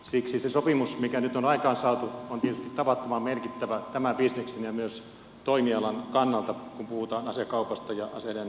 siksi se sopimus mikä nyt on aikaansaatu on tietysti tavattoman merkittävä tämän bisneksen ja myös toimialan kannalta kun puhutaan asekaupasta ja aseiden valmistamisesta